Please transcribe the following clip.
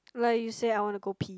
like you say I wanna go pee